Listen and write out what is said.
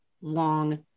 long